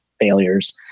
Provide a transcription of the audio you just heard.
failures